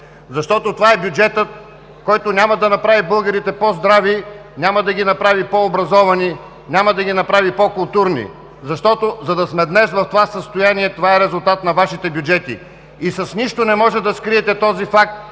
Защото това е бюджетът, който няма да направи българите по здрави, няма да ги направи по-образовани, няма да ги направи по културни. За да сме днес в това състояние, това е резултат на Вашите бюджети и с нищо не можете да скриете този факт,